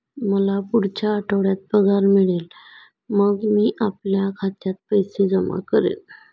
मला पुढच्या आठवड्यात पगार मिळेल मग मी आपल्या खात्यात पैसे जमा करेन